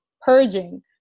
purging